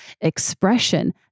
expression